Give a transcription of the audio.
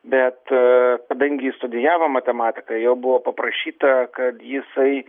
bet kadangi jis studijavo matematiką jo buvo paprašyta kad jisai